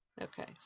Okay